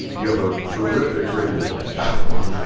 you have a terrific radio voice well,